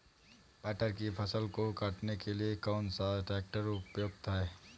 मटर की फसल को काटने के लिए कौन सा ट्रैक्टर उपयुक्त है?